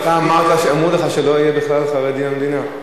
אתה אמרת שאמרו לך שלא יהיו בכלל חרדים במדינה.